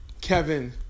Kevin